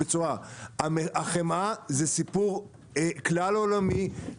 החמאה, זה סיפור כלל עולמי.